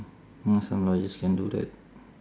know some lawyers can do that